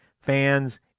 fans